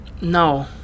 No